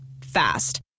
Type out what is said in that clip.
Fast